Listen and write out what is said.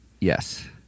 Yes